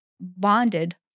bonded